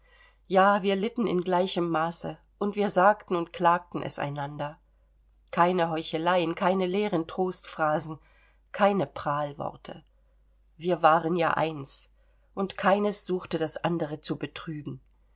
ja wir litten in gleichem maße und wir sagten und klagten es einander keine heucheleien keine leeren trostphrasen keine prahlworte wir waren ja eins und keines suchte das andere zu betrügen